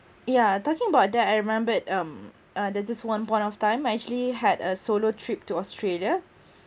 yeah talking about that I remembered um uh there's this one point of time I actually had a solo trip to australia